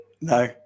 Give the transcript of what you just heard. no